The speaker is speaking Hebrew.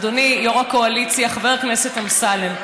אדוני יו"ר הקואליציה חבר הכנסת אמסלם,